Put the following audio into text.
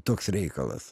toks reikalas